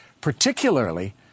particularly